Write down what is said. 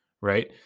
right